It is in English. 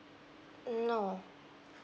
no